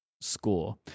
score